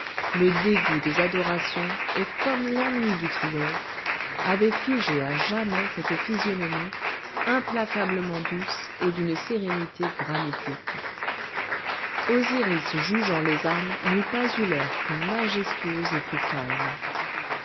le dégoût des adorations et comme l'ennui du triomphe avaient figé à jamais cette physionomie implacablement douce et d'une sérénité granitique osiris jugeant les âmes n'eût pas eu l'air plus majestueux et plus calme